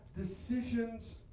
decisions